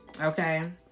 okay